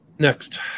Next